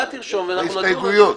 אתה תרשום ונדון בזה.